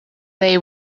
they